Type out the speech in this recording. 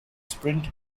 sprint